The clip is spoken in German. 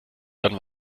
dann